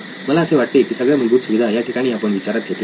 मला असे वाटते की सगळ्या मूलभूत सुविधा याठिकाणी आपण विचारात घेतल्या आहेत